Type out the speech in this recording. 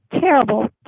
terrible